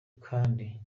kandi